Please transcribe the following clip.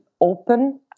open